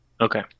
Okay